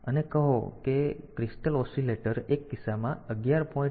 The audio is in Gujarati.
તે આના જેવું છે અને કહો કે ક્રિસ્ટલ ઓસિલેટર એક કિસ્સામાં 11